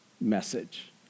message